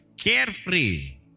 Carefree